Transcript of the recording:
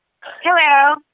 Hello